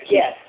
yes